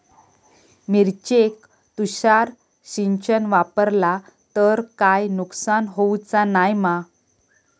मिरचेक तुषार सिंचन वापरला तर काय नुकसान होऊचा नाय मा?